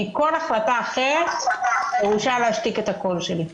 כי כל החלטה אחרת פירושה להשתיק את הקול שלי.